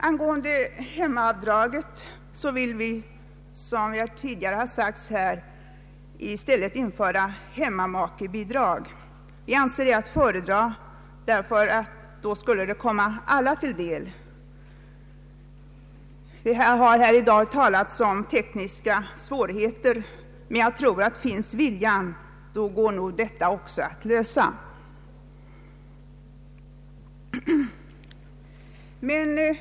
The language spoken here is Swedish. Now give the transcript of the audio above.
Angående hemmaavdraget vill vi, som jag tidigare har sagt, i stället införa hemmamakebidrag, som jag anser vara att föredra genom att det skulle kunna komma alla till del. Här har i dag talats om tekniska svårigheter, men jag tror att om viljan finns går sådana nog också att övervinna.